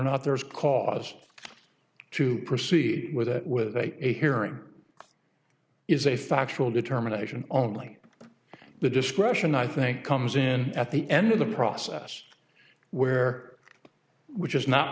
not there is cause to proceed with it with a hearing is a factual determination only the discretion i think comes in at the end of the process where which is not